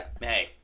Hey